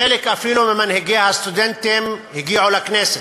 חלק ממנהיגי הסטודנטים אפילו הגיעו לכנסת,